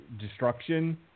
destruction